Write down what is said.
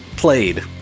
Played